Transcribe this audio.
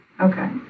Okay